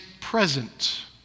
present